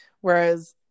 Whereas